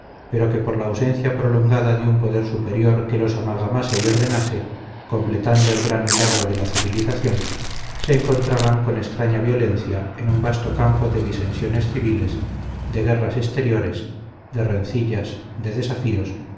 pero que por la ausencia prolongada de un poder superior que los amalgamase y ordenase completando el gran milagro de la civilización se encontraban con extraña violencia en un vasto campo de disensiones civiles de guerras exteriores de rencillas de desafíos